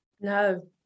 No